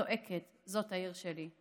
/ צועקת, זאת העיר שלי.